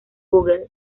google